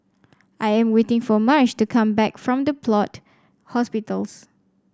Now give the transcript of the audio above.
I am waiting for Marsh to come back from The Plot Hospitals